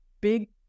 big